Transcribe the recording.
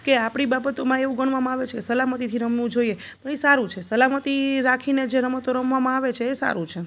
કે આપણી બાબતોમાં એવું ગણવામાં આવે છે સલામતીથી રમવું જોઈએ તો એ સારું છે સલામતી રાખીને જે રમતો રમવામાં આવે છે એ સારું છે